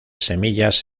semillas